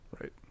Right